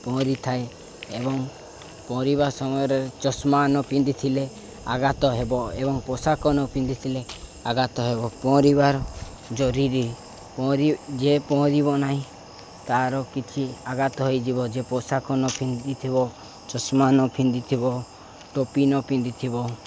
ପହଁରିଥାଏ ଏବଂ ପହଁରିବା ସମୟରେ ଚଷମା ନ ପିନ୍ଧିଥିଲେ ଆଘାତ ହେବ ଏବଂ ପୋଷାକ ନ ପିନ୍ଧିଥିଲେ ଆଘାତ ହେବ ପହଁରିବାର ଜରୁରୀ ପହଁରି ଯିଏ ପହଁରିବ ନାହିଁ ତା'ର କିଛି ଆଘାତ ହୋଇଯିବ ଯେ ପୋଷାକ ନ ପିନ୍ଧିଥିବ ଚଶମା ନ ପିନ୍ଧିଥିବ ଟୋପି ନ ପିନ୍ଧିଥିବ